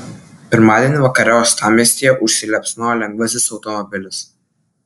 pirmadienį vakare uostamiestyje užsiliepsnojo lengvasis automobilis